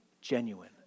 genuine